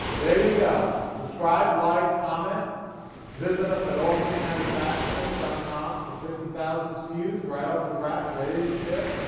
there you go. subscribe, like, comment visit us at albanycountyfasteners dot com for fifty thousand skus right off the rack, ready to ship.